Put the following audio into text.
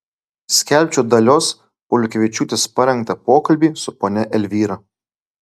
skelbčiau dalios pauliukevičiūtės parengtą pokalbį su ponia elvyra